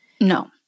No